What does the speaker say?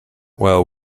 well